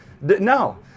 No